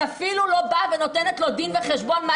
היא אפילו לא באה ונותנת לו דין וחשבון מה